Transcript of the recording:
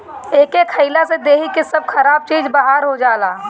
एके खइला से देहि के सब खराब चीज बहार हो जाला